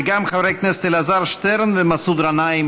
וגם חברי הכנסת אלעזר שטרן ומסעוד גנאים,